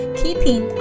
keeping